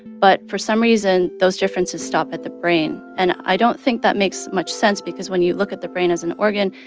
but for some reason, those differences stop at the brain. and i don't think that makes much sense because when you look at the brain as an organ,